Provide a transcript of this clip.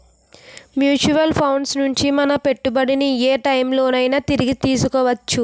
Mutual funds నుండి మన పెట్టుబడిని ఏ టైం లోనైనా తిరిగి తీసుకోవచ్చా?